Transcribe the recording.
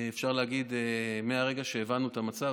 אפשר להגיד שמרגע שהבנו את המצב,